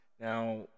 Now